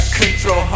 control